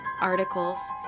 articles